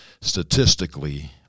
statistically